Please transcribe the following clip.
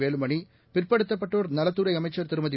வேலுமணி பிற்படுத்தப்பட்டோர் நலத்துறைஅமைச்சர் திருமதி